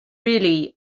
really